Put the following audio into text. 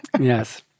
Yes